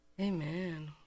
Amen